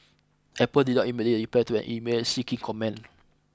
Apple did not immediately reply to an email seeking comment